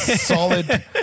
solid